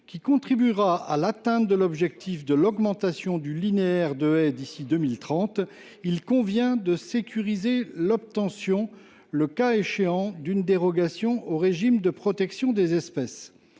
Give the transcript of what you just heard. qui contribuera à atteindre l’objectif d’augmentation du linéaire de haies d’ici à 2030, il convient de sécuriser l’obtention, le cas échéant, d’une dérogation au régime de protection des espèces.